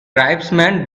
tribesmen